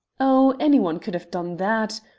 oh, any one could have done that.